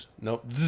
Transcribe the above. Nope